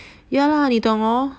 ya lah 你懂哦